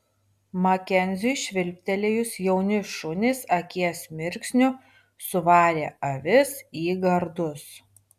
makenziui švilptelėjus jauni šunys akies mirksniu suvarė avis į gardus